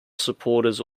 supporters